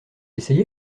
essayer